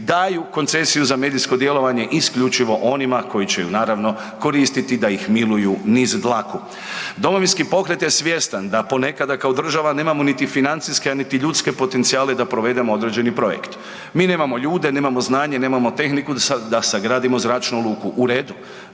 daju koncesiju za medijsko djelovanje isključivo onima koji će ju naravno koristiti da ih miluju niz dlaku. Domovinski pokret je svjestan da ponekada kao država nemamo niti financijske, a niti ljudske potencijale da provedemo određeni projekt. Mi nemamo ljude, nemamo znanje, nemamo tehniku da sagradimo zračnu luku. U redu,